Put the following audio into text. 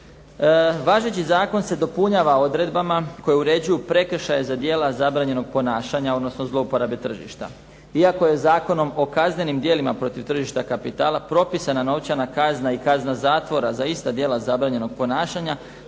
Važeći zakon se dopunjava odredbama koje uređuju prekršaje za djela zabranjenog ponašanja, odnosno zlouporabe tržišta. Iako je Zakonom o kaznenim djelima protiv tržišta kapitala propisana kazna i kazna zatvora za ista djela zabranjenog ponašanja,